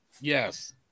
Yes